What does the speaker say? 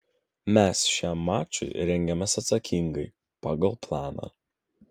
mes šiam mačui rengiamės atsakingai pagal planą